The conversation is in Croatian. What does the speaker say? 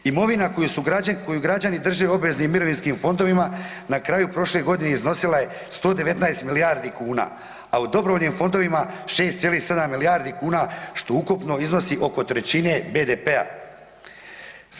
Imovina koju građani drže u obveznim mirovinskim fondovima na kraju prošle godine iznosila je 119 milijardi kuna a u dobrovoljnim fondovima 6,7 milijardi kuna što ukupno iznosi oko 1/3 BDP-a.